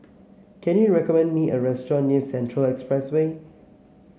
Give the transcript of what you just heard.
can you recommend me a restaurant near Central Expressway